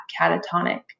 catatonic